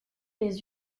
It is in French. les